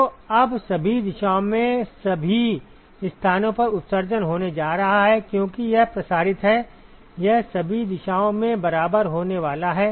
तो अब सभी दिशाओं में सभी स्थानों पर उत्सर्जन होने जा रहा है क्योंकि यह प्रसारित है यह सभी दिशाओं में बराबर होने वाला है